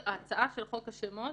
ההצעה של חוק השמות